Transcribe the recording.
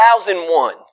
2001